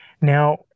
Now